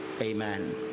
amen